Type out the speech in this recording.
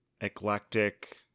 eclectic